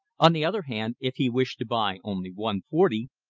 on the other hand, if he wished to buy only one forty,